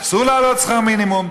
אסור להעלות שכר מינימום,